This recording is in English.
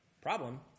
Problem